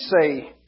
say